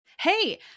Hey